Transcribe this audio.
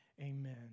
amen